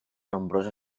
nombrosa